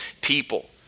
people